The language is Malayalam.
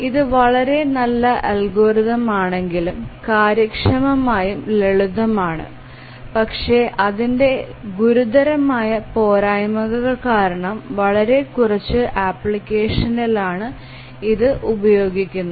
ഇത് വളരെ നല്ല അൽഗോരിതം ആണെങ്കിലും കാര്യക്ഷമവും ലളിതവുമാണ് പക്ഷേ അതിന്റെ ഗുരുതരമായ പോരായ്മകൾ കാരണം വളരെ കുറച്ച് അപ്ലിക്കേഷനുകൾ ഇത് ഉപയോഗിക്കുന്നു